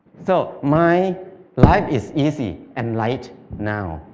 so, my life is easy and light now.